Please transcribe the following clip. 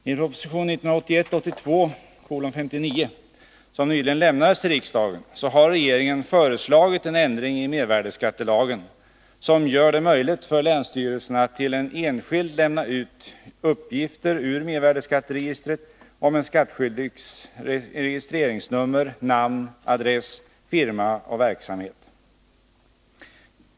I proposition 1981/82:59, som nyligen lämnades till riksdagen, har regeringen föreslagit en ändring i mervärdeskattelagen som gör det möjligt för länsstyrelserna att till en enskild lämna ut uppgifter ur mervärdeskatteregistret om en skattskyldigs registreringsnummer, namn, adress, firma och verksamhet.